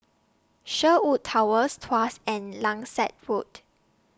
Sherwood Towers Tuas and Langsat Road